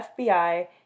FBI